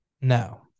No